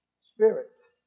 Spirits